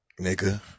nigga